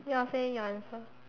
ya say your answer